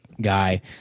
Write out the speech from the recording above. guy